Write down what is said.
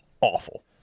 awful